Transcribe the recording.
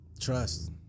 Trust